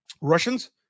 Russians